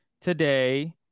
today